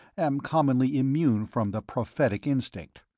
am commonly immune from the prophetic instinct.